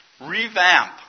revamp